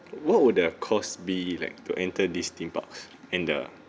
what would the costs be like to enter this theme parks and the